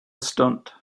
stunt